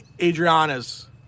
Adriana's